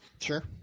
Sure